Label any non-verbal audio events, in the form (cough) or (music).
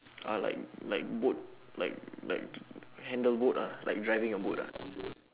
ah like like boat like like (noise) handle boat ah like driving a boat lah